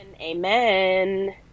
Amen